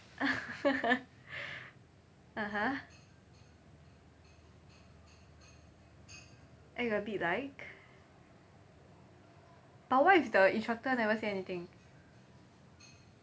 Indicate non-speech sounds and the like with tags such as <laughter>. <laughs> (uh huh) act a bit like but what if the instructor never said anything